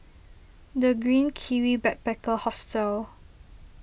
the Green Kiwi Backpacker Hostel